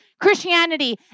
Christianity